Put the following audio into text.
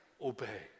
obey